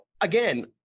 again